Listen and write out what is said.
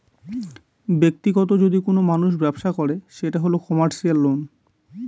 ব্যাক্তিগত যদি কোনো মানুষ ব্যবসা করে সেটা হল কমার্সিয়াল লোন